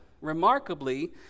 remarkably